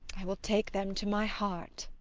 i will take them to my heart.